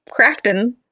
crafting